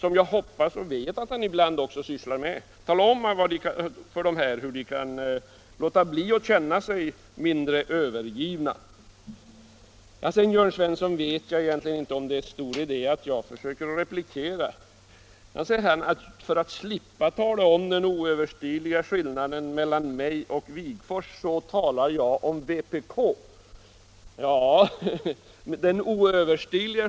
Tala om för småföretagarna hur de skall göra för att känna sig mindre övergivna! Jag vet inte om det egentligen är stor idé att jag försöker replikera herr Jörn Svensson. Han säger att jag för att slippa tala om den oöverstigliga klyftan mellan Wigforss och mig talar om vpk.